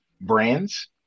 brands